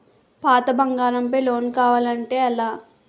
పాత బంగారం పై లోన్ కావాలి అంటే ఎలా?